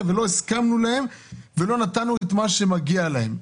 ולא הסכמנו ולא נתנו את מה שמגיע להם.